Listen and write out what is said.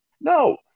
No